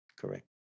Correct